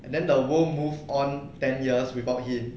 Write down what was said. and then the world move on ten years without him